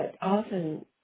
often